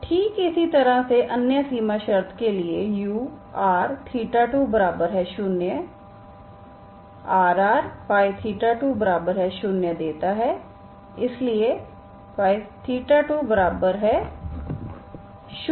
ठीक इसी तरह अन्य सीमा शर्त के लिए ur20 Rrϴ20 देता है इसलिए Θ2 0है